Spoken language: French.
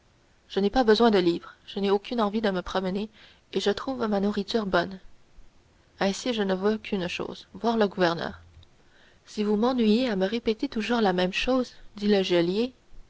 je n'ai pas besoin de livres je n'ai aucune envie de me promener et je trouve ma nourriture bonne ainsi je ne veux qu'une chose voir le gouverneur si vous m'ennuyez à me répéter toujours la même chose